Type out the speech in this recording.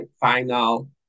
final